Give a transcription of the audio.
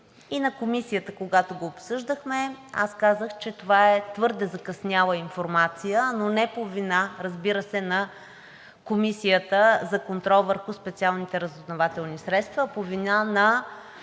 И на Комисията, когато го обсъждахме, аз казах, че това е твърде закъсняла информация, но не по вина, разбира се, на Комисията за контрол върху специалните разузнавателни средства, а по вина на